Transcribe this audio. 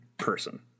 person